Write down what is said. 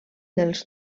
dels